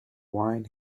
wine